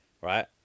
right